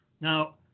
now